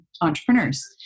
entrepreneurs